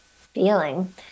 feeling